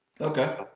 Okay